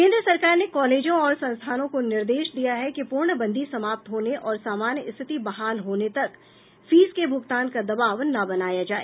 केन्द्र सरकार ने कॉलेजों और संस्थानों को निर्देश दिया कि पूर्णबंदी समाप्त होने और सामान्य स्थिति बहाल होने तक फीस के भुगतान का दबाव न बनाया जाए